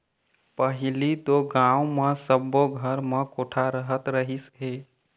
पहिली तो गाँव म सब्बो घर म कोठा रहत रहिस हे